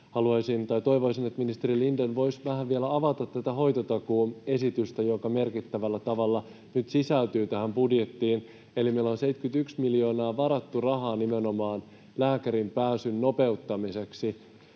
Toivoisin, että ministeri Lindén voisi vähän vielä avata tätä hoitotakuuesitystä, joka merkittävällä tavalla nyt sisältyy tähän budjettiin. Eli kun meillä on 71 miljoonaa varattu rahaa nimenomaan lääkäriin pääsyn nopeuttamiseksi